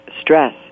stress